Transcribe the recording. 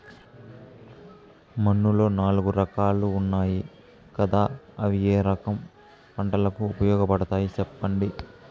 మన్నులో నాలుగు రకాలు ఉన్నాయి కదా అవి ఏ రకం పంటలకు ఉపయోగపడతాయి చెప్పండి?